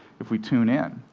if we tune in.